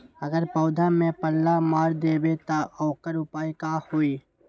अगर पौधा में पल्ला मार देबे त औकर उपाय का होई?